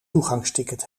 toegangsticket